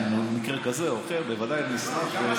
מקרה כזה או אחר, בוודאי נשמח.